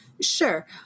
sure